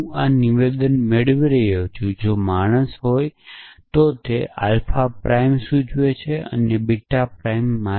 હું આ નિવેદન મેળવી રહ્યો છું કે જો કોઈ માણસ હોય તો તે મોર્ટલ છે જે દર્શાવે છે કે આલ્ફા પ્રાઇમ એ બીટા પ્રાઇમ સૂચવે છે